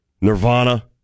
Nirvana